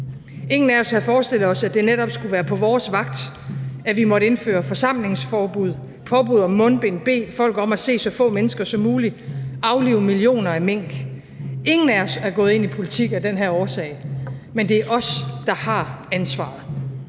Ingen af os havde forestillet sig, at det netop skulle være på vores vagt, at vi måtte indføre forsamlingsforbud, påbud om mundbind, bede folk om at se så få mennesker som muligt, aflive millioner af mink; ingen af os er gået ind i politik af den her årsag, men det er os, der har ansvaret.